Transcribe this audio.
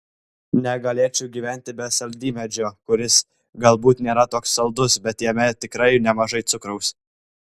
negalėčiau gyventi be saldymedžio kuris galbūt nėra toks saldus bet jame tikrai nemažai cukraus